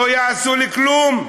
לא יעשו לו כלום.